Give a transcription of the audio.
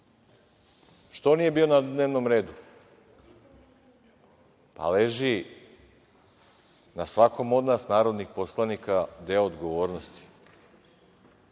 Što nije bio na dnevnom redu, leži na svakom od nas narodnih poslanika deo odgovornosti. Kolege